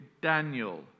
Daniel